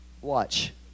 Watch